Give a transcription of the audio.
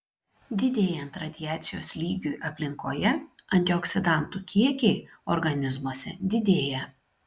didėjant radiacijos lygiui aplinkoje antioksidantų kiekiai organizmuose didėja